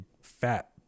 fat